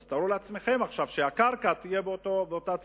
אז תארו לעצמכם שעכשיו הקרקע תהיה באותה צורה.